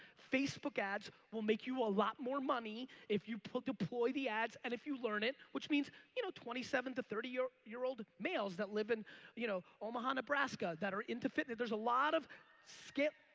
facebook ads will make you a lot more money if you deploy the ads and if you learn it which means you know twenty seven to thirty year year old males that live in you know omaha, nebraska that are into fitness. there's a lot of skip,